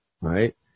right